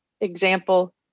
example